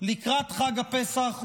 לקראת חג הפסח ובמהלכו,